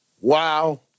wow